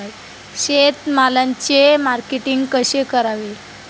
शेतमालाचे मार्केटिंग कसे करावे?